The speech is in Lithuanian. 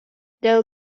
dėl